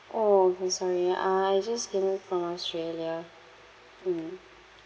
orh I'm sorry uh I just came back from australia mm